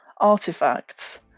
artifacts